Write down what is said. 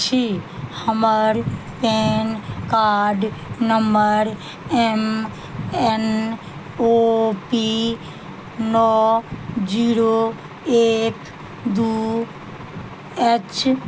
छी हमर PAN card number M N O P नओ जीरो एक दू एच